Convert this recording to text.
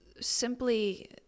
simply